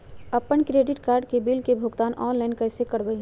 अपन credit card के bill के भुगतान ऑनलाइन कैसे करबैय?